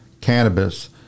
cannabis